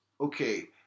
okay